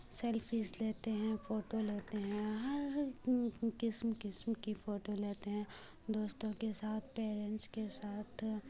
selfies لیتے ہیں photo لیتے ہیں ہر قسم قسم کی فوٹو لیتے ہیں دوستوں کے ساتھ پیرنٹس کے ساتھ